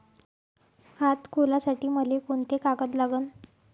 खात खोलासाठी मले कोंते कागद लागन?